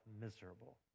miserable